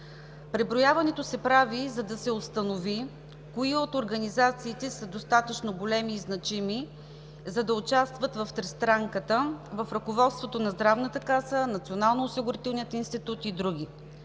Преброяването се прави, за да се установи кои от организации са достатъчно големи и значими, за да участват в тристранката, в ръководството на Здравната каса, Националноосигурителния институт и други.